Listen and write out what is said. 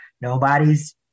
Nobody's